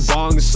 Bong